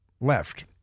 left